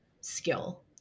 skill